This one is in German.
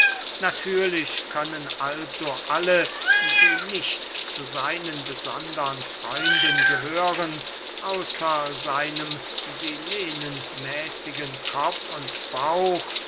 natürlich können also alle die nicht zu seinen besondern freunden gehören außer seinem silenenmäßigen kopf und bauch